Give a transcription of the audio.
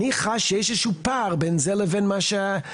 ואני חש שיש איזשהו פער בין זה לבין המצוקה,